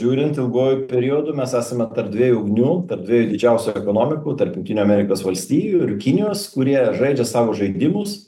žiūrint ilguoju periodu mes esame tarp dviejų ugnių tarp dviejų didžiausių ekonomikų tarp jungtinių amerikos valstijų ir kinijos kurie žaidžia savo žaidimus